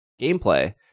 gameplay